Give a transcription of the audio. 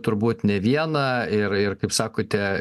turbūt ne vieną ir ir kaip sakote